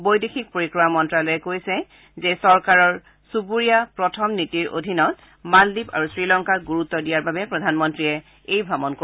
বৈদেশিক পৰিক্ৰমা মল্লালয়ে কৈছে যে চৰকাৰৰ চূবুৰীয়া প্ৰথম নীতিৰ অধীনত মালদ্বীপ আৰু শ্ৰীলংকাক গুৰুত্ব দিয়াৰ বাবে প্ৰধানমন্ত্ৰীয়ে এই ভ্ৰমণ কৰিব